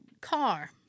car